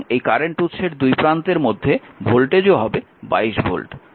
সুতরাং এই কারেন্ট উৎসের দুই প্রান্তের মধ্যে ভোল্টেজও 22 ভোল্ট